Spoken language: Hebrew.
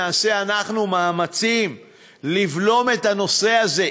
נעשה אנחנו מאמצים לבלום את הנושא הזה,